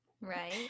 Right